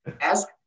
ask